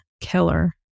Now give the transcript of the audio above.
killer